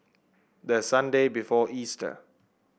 the Sunday before Easter